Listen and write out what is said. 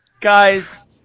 guys